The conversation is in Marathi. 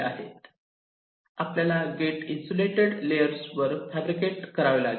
आपल्याला गेट इन्सुलेटेड लेअर्स वर फॅब्रिकेट करावे लागेल